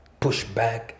pushback